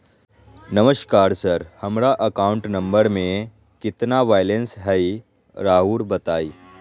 नमस्कार सर हमरा account number में कितना बैलेंस हेई राहुर बताई?